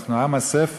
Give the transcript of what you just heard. ואנחנו עם הספר,